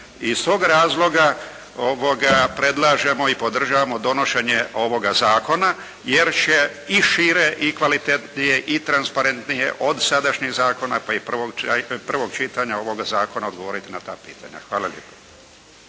iz tog razloga predlažemo i podržavamo donošenje ovoga zakona jer će i šire i kvalitetnije i transparentnije od sadašnjih zakona, pa i prvog čitanja ovoga Zakona odgovoriti na ta pitanja. Hvala lijepa.